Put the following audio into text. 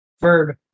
Verb